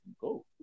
go